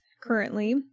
currently